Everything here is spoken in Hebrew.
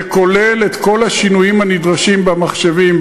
זה כולל את כל השינויים הנדרשים במחשבים,